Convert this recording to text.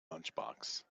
lunchbox